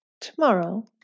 tomorrow